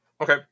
Okay